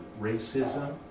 racism